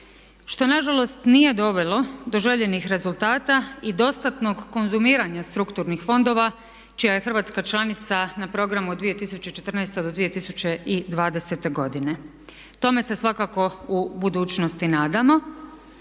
što na žalost nije dovelo do željenih rezultata i dostatnog konzumiranja strukturnih fondova čija je Hrvatska članica na programu od 2014. do 2020. godine. Tome se svakako u budućnosti nadamo.